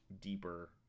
deeper